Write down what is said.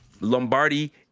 lombardi